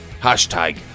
Hashtag